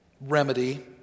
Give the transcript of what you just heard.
remedy